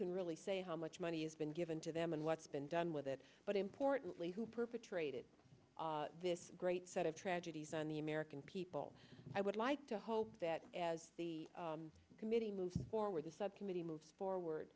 can really say how much money has been given to them and what's been done with it but importantly who perpetrated this great set of tragedies on the american people i would like to hope that as the committee moves forward the subcommittee moves forward